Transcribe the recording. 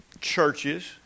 churches